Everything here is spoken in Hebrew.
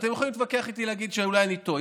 ואתם יכולים להתווכח איתי ולהגיד שאולי אני טועה,